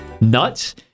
Nuts